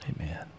Amen